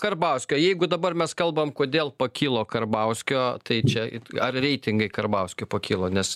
karbauskio jeigu dabar mes kalbam kodėl pakilo karbauskio tai čia ar reitingai karbauskio pakilo nes